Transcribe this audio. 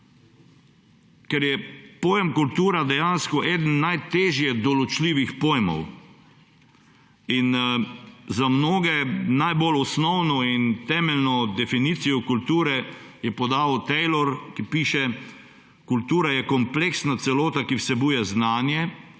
ker je pojem kulture dejansko eden najtežje določljivih pojmov. Za mnoge najbolj osnovno in temeljno definicijo kulture je podal Taylor, ki piše, da je kultura kompleksna celota, ki vsebuje znanje,